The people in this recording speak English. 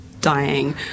dying